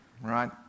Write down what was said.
Right